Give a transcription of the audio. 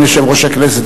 יושב-ראש הכנסת,